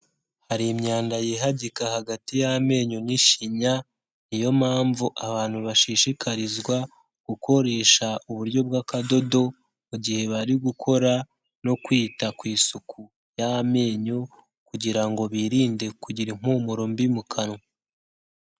Hari imyanda yihagika hagati y'amenyo n'ishinya, niyo mpamvu abantu bashishikarizwa gukoresha uburyo bw'akadodo mu gihe bari gukora no kwita ku isuku y'amenyo, kugira ngo birinde kugira impumuro mbi mu kanwa.